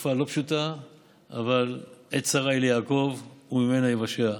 תקופה לא פשוטה אבל עת צרה היא ליעקב וממנה ייוושע.